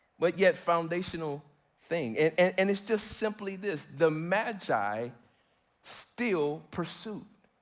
but yet foundational thing. and and and it's just simply this, the magi still pursued.